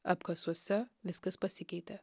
apkasuose viskas pasikeitė